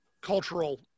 cultural